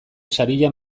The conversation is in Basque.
saria